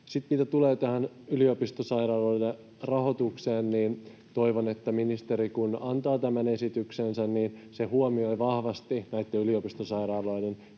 Sitten mitä tulee tähän yliopistosairaaloiden rahoitukseen, niin toivon, että kun ministeri antaa tämän esityksensä, niin esitys huomioi vahvasti näitten yliopistosairaaloiden